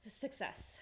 success